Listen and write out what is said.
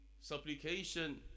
supplication